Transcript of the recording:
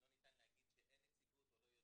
לא ניתן להגיד שאין נציגות או לא יודעים.